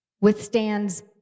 withstands